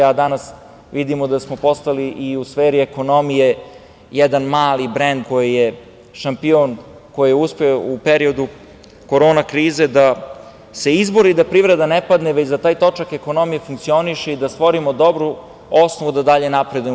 Danas vidimo da smo postali i u sferi ekonomije jedan mali brend koji je šampion, koji je uspeo u periodu korona krize da se izbori da privreda ne padne, već da taj točak ekonomije funkcioniše i da stvorimo dobru osnovu da dalje napredujemo.